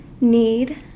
need